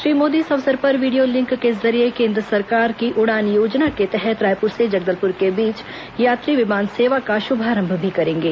श्री मोदी इस अवसर पर वीडियो लिंक के जरिये केन्द्र सरकार की उड़ान योजना के तहत रायपुर से जगदलपुर के बीच यात्री विमान सेवा का श्भारंभ भी करेंगे